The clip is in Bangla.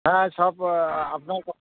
হ্যাঁ সব আপনার কথা